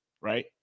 right